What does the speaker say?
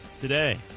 today